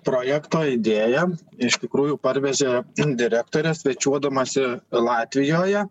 projekto idėją iš tikrųjų parvežė direktorė svečiuodamasi latvijoje